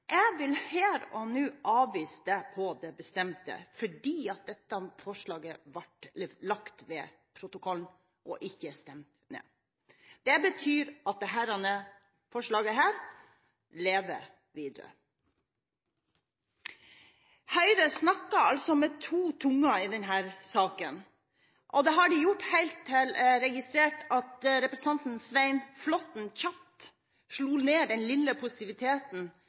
Jeg vil her og nå avvise det på det mest bestemte, for dette forslaget ble lagt ved protokollen og ikke stemt ned. Det betyr at dette forslaget lever videre. Høyre snakker med to tunger i denne saken, og det har de gjort helt til jeg registrerte at representanten Svein Flåtten kjapt slo ned den lille positiviteten